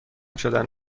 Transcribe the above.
شدن